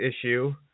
issue